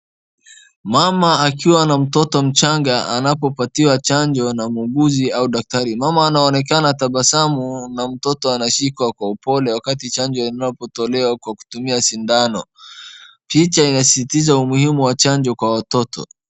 Mama akiwa na mtoto mchanga anapopatiwa chanjo na muuguzi au daktari . Mama anaonekana tabasamu na mtoto anashikwa kwa upole wakati chanjo inapotolewa kwa kutumia sindano. Picha inasisitiza umuhimu wa chanjo kwa watoto.